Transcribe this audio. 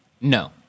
No